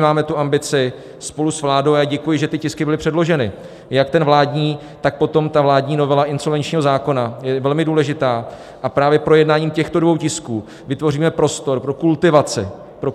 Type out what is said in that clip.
Máme tu ambici spolu s vládou a já děkuji, že ty tisky byly předloženy, jak ten vládní, tak potom vládní novela insolvenčního zákona je velmi důležitá a právě projednáním těchto dvou tisků vytvoříme prostor pro